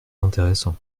intéressant